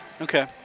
Okay